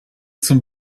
zum